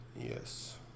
Yes